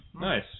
Nice